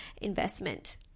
investment